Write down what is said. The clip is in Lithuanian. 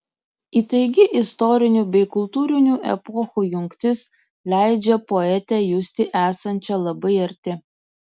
įtaigi istorinių bei kultūrinių epochų jungtis leidžia poetę justi esančią labai arti